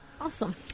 Awesome